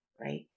right